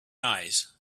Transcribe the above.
eyes